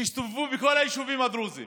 שהסתובבו בכל היישובים הדרוזיים